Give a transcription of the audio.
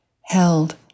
held